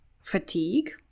fatigue